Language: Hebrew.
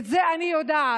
את זה אני יודעת,